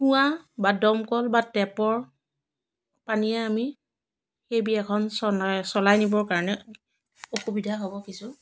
কুঁৱা বা দমকল বা টেপৰ পানীয়ে আমি এই বিয়াখন চনা চলাই নিবৰ কাৰণে অসুবিধা হ'ব কিছু